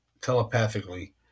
telepathically